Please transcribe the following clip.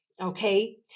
Okay